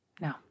No